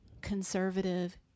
conservative